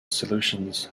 solutions